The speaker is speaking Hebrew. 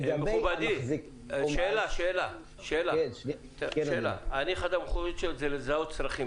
מכובדי, שאלה: אחד המחויבות שלי זה לזהות צרכים.